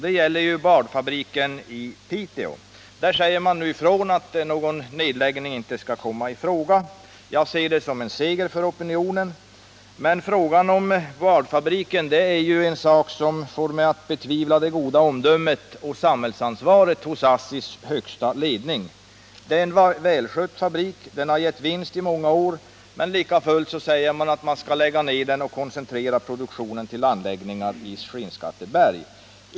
Det gäller boardfabriken i Piteå. Utskottet säger nu ifrån att någon nedläggning inte skall komma i fråga. Det ser jag som en seger för opinionen, men frågan om boardfabriken får mig att betvivla det goda omdömet och samhällsansvaret hos ASSI:s högsta ledning. Fabriken var välskött, och den har gett vinst i många år. Men likafullt vill ASSI lägga ned den och koncentrera produktionen till anläggningen i Skinnskatteberg.